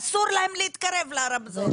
אז אסור להם להתקרב לרמזור.